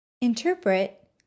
Interpret